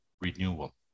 renewal